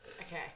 okay